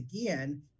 again